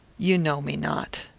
you know me not.